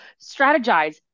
strategize